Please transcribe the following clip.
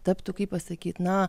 taptų kaip pasakyt na